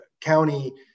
County –